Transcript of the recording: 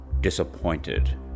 disappointed